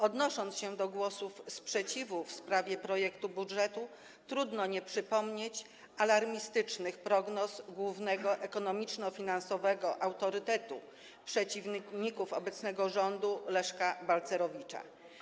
Odnosząc się do głosów sprzeciwu w sprawie projektu budżetu, trudno nie przypomnieć alarmistycznych prognoz głównego ekonomiczno-finansowego autorytetu przeciwników obecnego rządu - Leszka Balcerowicza.